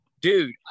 dude